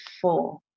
four